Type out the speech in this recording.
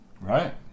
Right